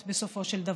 בסופו של דבר.